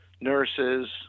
nurses